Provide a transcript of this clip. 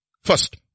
First